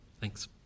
Thanks